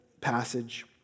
passage